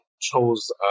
chose